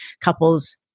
couples